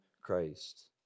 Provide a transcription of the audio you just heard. Christ